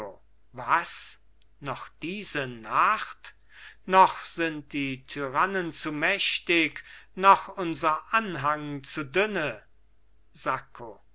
was noch diese nacht noch sind die tyrannen zu mächtig noch unser anhang zu dünne sacco